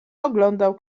oglądał